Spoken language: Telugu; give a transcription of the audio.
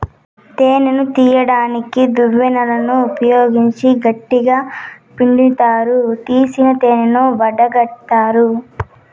తేనెను తీయడానికి దువ్వెనలను ఉపయోగించి గట్టిగ పిండుతారు, తీసిన తేనెను వడగట్టుతారు